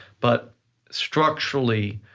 but structurally,